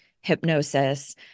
hypnosis